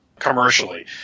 commercially